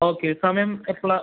okay സമയം എപ്പോഴാണ്